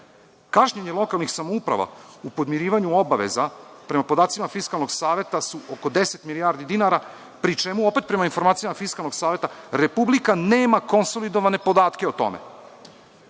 posao. Kašnjenje lokalnih samouprava u podmirivanju obaveza prema podacima Fiskalnog saveta su oko 10 milijardi dinara, pri čemu opet prema informacijama Fiskalnog saveta Republika nema konsolidovane podatke o tome.